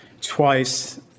twice